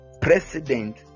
president